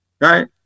Right